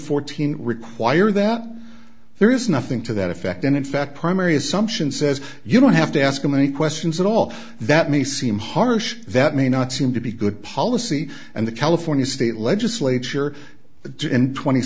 fourteen require that there is nothing to that effect and in fact primary assumption says you don't have to ask him any questions at all that may seem harsh that may not seem to be good policy and the california state legislature the twenty